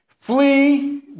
flee